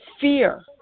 fear